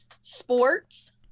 sports